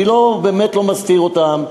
אני לא מסתיר זאת.